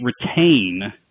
retain